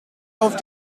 auf